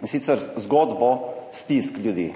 in sicer zgodbo stisk ljudi.